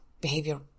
behavior